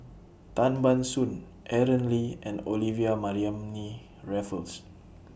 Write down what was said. Tan Ban Soon Aaron Lee and Olivia Mariamne Raffles